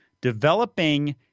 developing